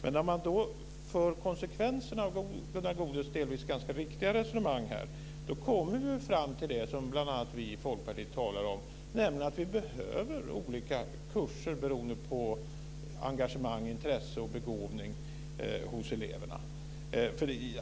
Men när man då ser på konsekvenserna av Gunnar Goudes delvis ganska riktiga resonemang kommer vi fram till det som bl.a. vi i Folkpartiet talar om, nämligen att vi behöver olika kurser beroende på engagemang, intresse och begåvning hos eleverna.